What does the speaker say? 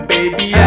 Baby